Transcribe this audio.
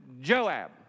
Joab